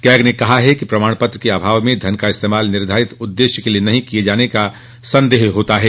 CAG ने कहा कि प्रमाणपत्र के अभाव में धन का इस्तेमाल निर्धारित उद्देश्य के लिए नहीं किए जाने का संदेह होता है